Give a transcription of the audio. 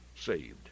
saved